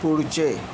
पुढचे